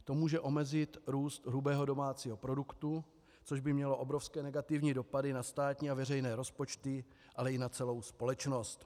To může omezit růst hrubého domácího produktu, což by mělo obrovské negativní dopady na státní a veřejné rozpočty, ale i na celou společnost.